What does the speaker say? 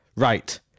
Right